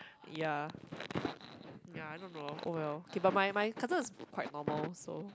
ya ya I don't know oh well K but my my cousin is quite normal so